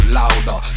louder